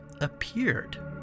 appeared